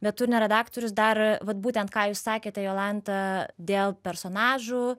bet turinio redaktorius dar vat būtent ką jūs sakėte jolanta dėl personažų